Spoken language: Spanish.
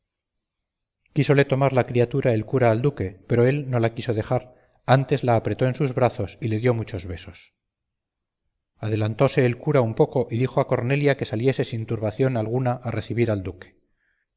quísole tomar la criatura el cura al duque pero él no la quiso dejar antes la apretó en sus brazos y le dio muchos besos adelantóse el cura un poco y dijo a cornelia que saliese sin turbación alguna a recebir al duque